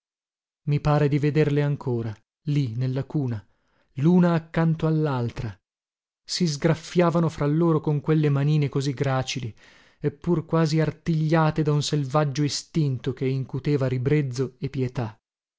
i pare di vederle ancora lì nella cuna luna accanto allaltra si sgraffiavano fra loro con quelle manine così gracili eppur quasi artigliate da un selvaggio istinto che incuteva ribrezzo e pietà